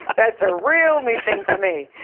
that's a real new thing for me.